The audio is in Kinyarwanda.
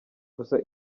gusa